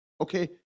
okay